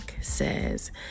says